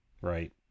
right